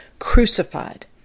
crucified